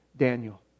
Daniel